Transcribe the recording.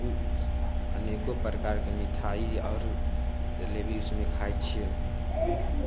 उ अनेको प्रकारके मिठाइ आओर जलेबी उसमे खाइ छियै